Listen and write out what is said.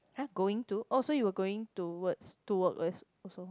!huh! going to oh so you were going to toward west also